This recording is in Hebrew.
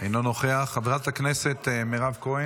אינו נוכח, חברת הכנסת מירב כהן,